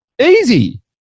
Easy